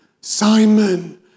Simon